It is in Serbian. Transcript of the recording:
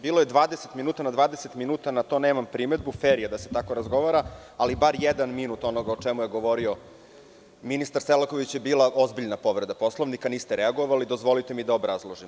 Bilo je 20 minuta, na dvadeset minuta nemam primedbu, fer je da se tako razgovara, ali barem jedan minut o onome o čemu je govorio ministar Selaković je bila ozbiljna povreda Poslovnika, niste reagovali, dozvolite mi da obrazložim.